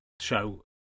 show